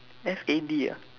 F A D ah